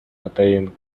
атайын